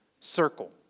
circle